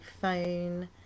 phone